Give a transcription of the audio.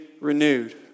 renewed